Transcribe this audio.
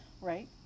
Right